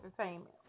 entertainment